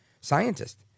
scientist